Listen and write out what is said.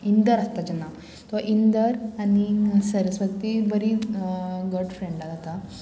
इंदर आसता तेजें नांव तो इंदर आनी सरस्वती बरी घट्ट फ्रेंडां जाता